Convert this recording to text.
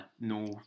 no